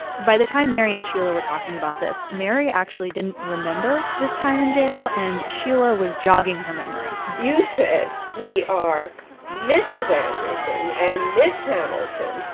by the time mary and sheila were talking about this, mary actually didn't remember this time in jail. and sheila was jogging her memory you said, we are mrs. anderson and miss hamilton